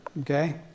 okay